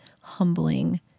humbling